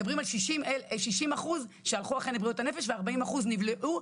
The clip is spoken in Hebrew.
מדובר על 60% שהלכו אכן לבריאות הנפש ו-40% נבלעו.